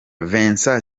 vincent